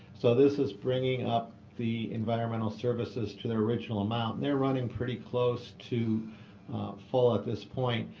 so this is bringing up the environmental services to their original amount. they're running pretty close to full at this point.